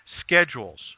schedules